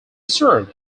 served